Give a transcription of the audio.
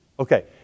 Okay